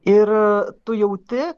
ir tu jauti